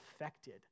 affected